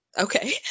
okay